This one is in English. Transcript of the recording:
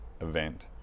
event